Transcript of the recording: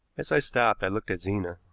as i stopped i looked at zena.